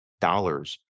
dollars